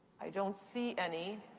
i don't see any.